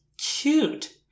Cute